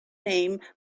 name